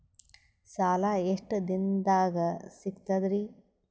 ಸಾಲಾ ಎಷ್ಟ ದಿಂನದಾಗ ಸಿಗ್ತದ್ರಿ?